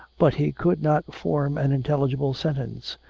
but he could not form an intelligible sentence.